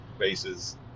bases